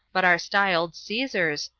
but are styled caesars,